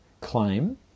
claim